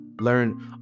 Learn